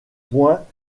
point